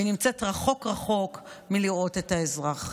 ונמצאת רחוק רחוק מלראות את האזרח.